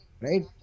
Right